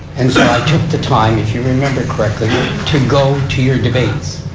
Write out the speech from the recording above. and so i took the time if you remember correctly to go to your debates.